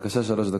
בבקשה, שלוש דקות.